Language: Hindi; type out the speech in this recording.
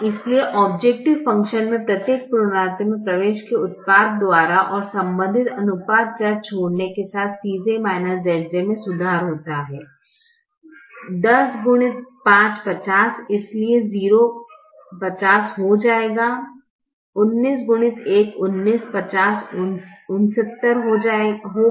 इसलिए औब्जैकटिव फ़ंक्शन में प्रत्येक पुनरावृत्ति मे प्रवेश के उत्पाद द्वारा और संबंधित अनुपात चर छोड़ने के साथ Cj Zj में सुधार होता है 10x5 50 इसलिए 0 50 हो गया 19x1 19 50 यह 69 हो गया